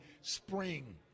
spring